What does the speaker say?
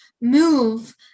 move